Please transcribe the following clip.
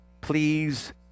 please